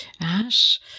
ash